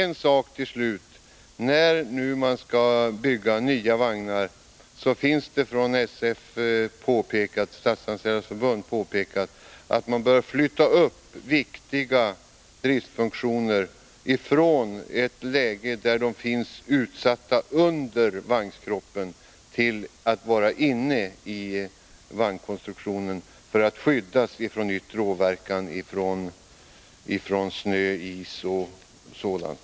När man nu skall bygga nya vagnar vill jag till slut säga att Statsanställdas förbund påpekat att man bör flytta upp viktiga driftsfunktioner från att som nu ligga under vagnskroppen till att komma in i vagnskonstruktionen för att skyddas från yttre åverkan av snö, is och sådant.